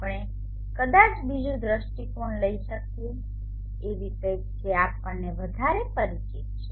આપણે કદાચ બીજું દૃષ્ટિકોણ લઈ શકીએ એવી કંઈક કે જે આપણને વધારે પરિચિત છે